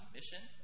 Mission